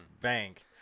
Bank